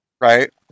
Right